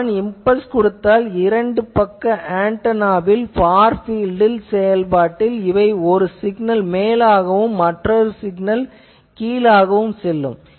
நான் இம்பல்ஸ் கொடுத்தால் இரண்டு பக்க ஆன்டெனாவில் ஃபார் பீல்ட்டில் செயல்பாட்டில் இவை ஒரு சிக்னல் மேலாகவும் மற்றொன்று கீழாகவும் செல்லும்